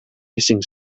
hissing